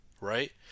right